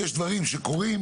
יש דברים שקורים,